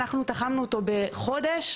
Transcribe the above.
אנחנו תחמנו אותו בחודש,